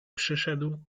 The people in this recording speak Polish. przyszedł